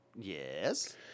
Yes